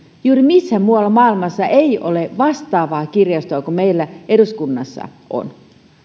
juuri missään muualla maailmassa ei ole vastaavaa kirjastoa kuin meillä eduskunnassa on